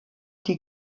die